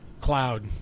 cloud